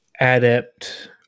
adept